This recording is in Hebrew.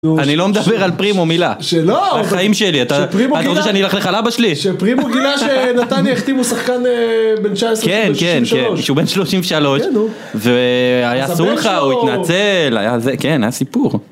אני לא מדבר על פרימו מילה, שלא! לחיים שלי, אתה רוצה שאני אלך לך לאבא שלי? שפרימו גילה שנתן יחתים הוא שחקן בן 19, כן, כן, כן, שהוא בן 33, כן, הוא. והיה סולחה, הוא התנצל, היה זה, כן, היה סיפור.